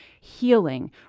healing